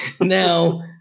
Now